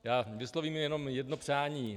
Já vyslovím jenom jedno přání.